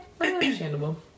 understandable